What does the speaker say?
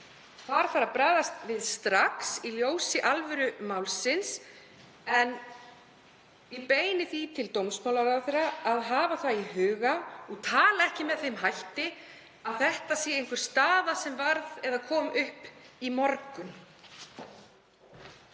Það þarf að bregðast við strax í ljósi alvöru málsins. En ég beini því til dómsmálaráðherra að hafa það í huga og tala ekki með þeim hætti að þetta sé einhver staða sem kom upp í morgun.